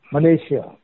Malaysia